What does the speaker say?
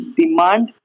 demand